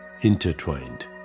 intertwined